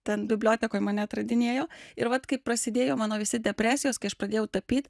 ten bibliotekoj mane atradinėjo ir vat kai prasidėjo mano visi depresijos kai aš pradėjau tapyt